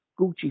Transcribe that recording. Gucci